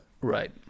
Right